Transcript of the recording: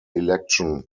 election